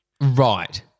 Right